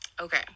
Okay